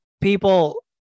People